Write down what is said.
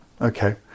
Okay